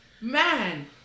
man